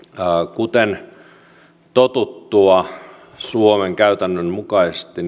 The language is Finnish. kuten totuttua suomen käytännön mukaisesti